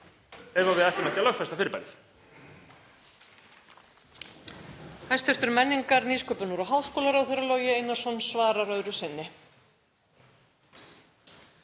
ef við ætlum ekki að lögfesta fyrirbærið?